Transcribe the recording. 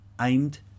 aimed